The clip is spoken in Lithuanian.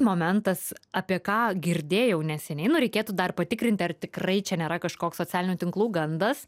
momentas apie ką girdėjau neseniai nu reikėtų dar patikrinti ar tikrai čia nėra kažkoks socialinių tinklų gandas